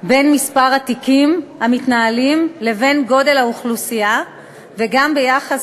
בין מספר התיקים המתנהלים לבין גודל האוכלוסייה וגם ביחס